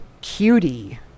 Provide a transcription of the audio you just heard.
Cutie